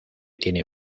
tiene